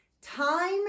time